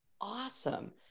awesome